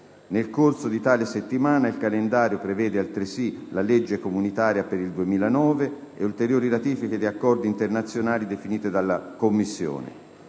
Nel corso di tale settimana il calendario prevede altresì la legge comunitaria per il 2009 e ulteriori ratifiche di accordi internazionali definite dalla Commissione.